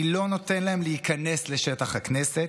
אני לא נותן להם להיכנס לשטח הכנסת,